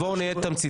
בואו נהיה תמציתיים.